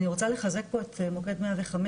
אני רוצה לחזק פה את מוקד 105,